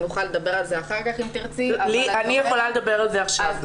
ונוכל לדבר על זה אחר כך אם תרצי -- אני יכולה לדבר על זה עכשיו.